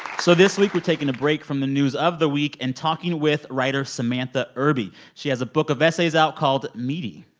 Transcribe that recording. so this week, we're taking a break from the news of the week and talking with writer samantha irby. she has a book of essays out called meaty.